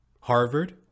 Harvard